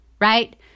right